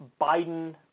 Biden